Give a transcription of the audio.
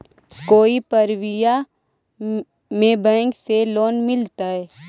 कोई परबिया में बैंक से लोन मिलतय?